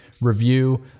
Review